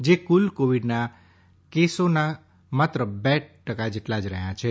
જે કુલ કોવિડના કુલ કેસોના માત્ર બે ટકા જેટલા જ રહ્યા છે